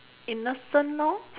innocent lor